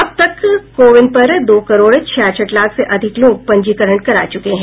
अब तक CoWIN पर दो करोड़ छियासठ लाख से अधिक लोग पंजीकरण करा चुके हैं